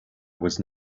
was